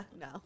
no